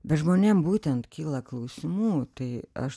bet žmonėm būtent kyla klausimų tai aš